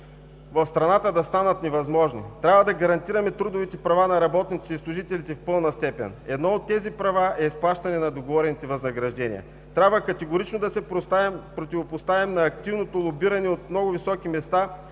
в страната, да станат невъзможни. Трябва да гарантираме трудовите права на работниците и служителите в пълна степен. Едно от тези права е изплащане на договорените възнаграждения. Трябва категорично да се противопоставим на активното лобиране от много високи места